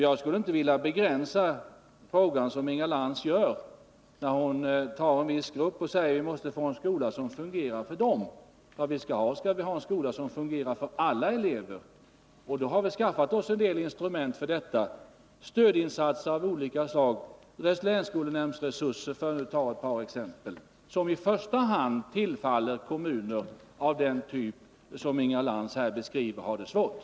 Jag skulle inte vilja begränsa frågan som Inga Lantz gör, när hon tar en viss grupp och säger: ”Låt oss få en skola som fungerar för den!” Vi måste ha en skola som fungerar för alla elever. Vi har skaffat oss en del instrument för detta: stödinsatser av olika slag, länsskolnämndsresurser, för att ta ett par exempel som i första hand tillfaller kommuner av den typ som har det svårt på det sätt Inga Lantz här beskriver.